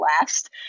last